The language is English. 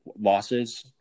losses